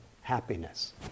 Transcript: happiness